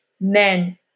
men